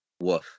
Woof